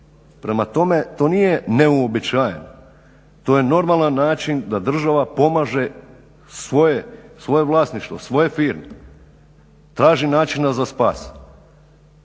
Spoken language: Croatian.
Prema tome, to nije neuobičajeno, to je normalan način da država pomaže svoje vlasništvo, svoje firme. Traži načina za spas.